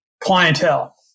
clientele